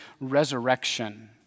resurrection